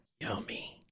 Yummy